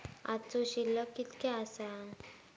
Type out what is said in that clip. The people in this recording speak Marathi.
आजचो शिल्लक कीतक्या आसा?